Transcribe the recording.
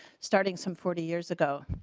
starting some forty years ago.